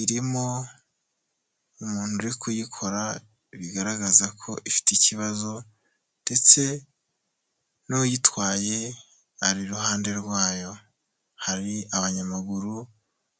irimo umuntu uri kuyikora bigaragaza ko ifite ikibazo ndetse n'uyitwaye ari iruhande rwayo, hari abanyamaguru